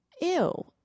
Ew